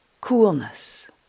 coolness